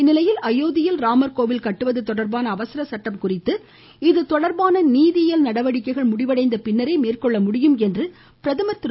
இந்நிலையில் அயோத்தியில் ராமர்கோவில் கட்டுவது தொடர்பான அவசரச் சட்டம் குறித்து இது தொடர்பான நீதியியல் நடவடிக்கைகள் முடிவடைந்த பின்னரே மேற்கொள்ள முடியும் என்று பிரதமர் திரு